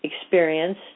experience